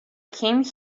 came